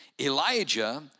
Elijah